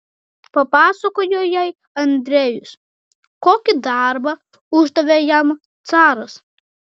papasakojo jai andrejus kokį darbą uždavė jam caras